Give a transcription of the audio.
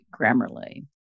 Grammarly